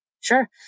Sure